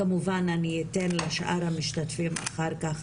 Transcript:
כמובן, אני אתן לשאר המשתתפים, אחר כך,